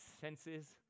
senses